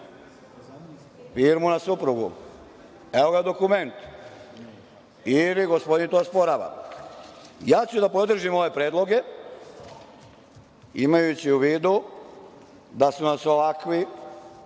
firmu na suprugu. Evo ga dokument ili gospodin to osporava. Podržaću ove predloge, imajući u vidu da su nas ovakvi